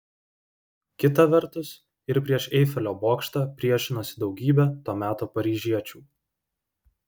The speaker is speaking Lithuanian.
kita vertus ir prieš eifelio bokštą priešinosi daugybė to meto paryžiečių